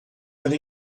era